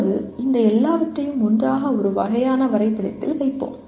இப்போது இந்த எல்லாவற்றையும் ஒன்றாக ஒரு வகையான வரைபடத்தில் வைப்போம்